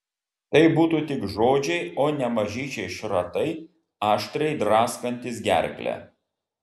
tai būtų tik žodžiai o ne mažyčiai šratai aštriai draskantys gerklę